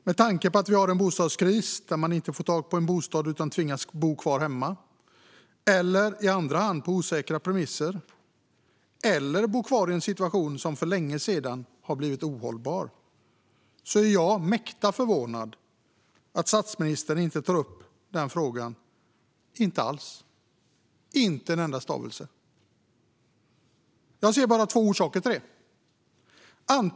Med tanke på att vi har en bostadskris, där man inte får tag på en bostad utan tvingas att bo kvar hemma, att bo i andra hand på osäkra premisser eller att bo kvar i en situation som för länge sedan har blivit ohållbar, är jag mäkta förvånad över att statsministern inte alls tog upp denna fråga - inte med en enda stavelse. Jag ser bara två möjliga orsaker till detta.